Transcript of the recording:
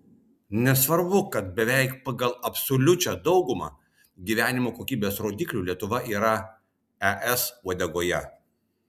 nesvarbu kad beveik pagal absoliučią daugumą gyvenimo kokybės rodiklių lietuva yra es uodegoje